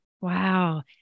Wow